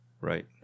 Right